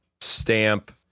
Stamp